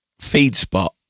FeedSpot